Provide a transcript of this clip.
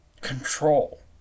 control